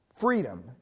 freedom